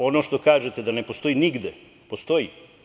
Ono što kažete da ne postoji nigde, postoji.